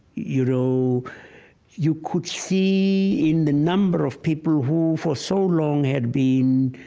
you know you could see in the number of people who for so long had been